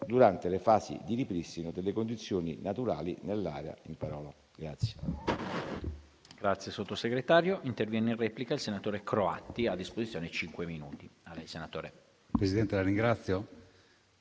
durante le fasi di ripristino delle condizioni naturali nell'area